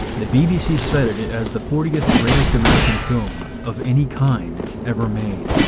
the bbc cited it as the fortieth greatest american film of any kind ever made.